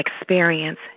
experience